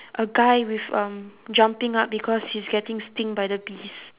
a guy with um jumping up because he's getting sting by the bees